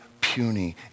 puny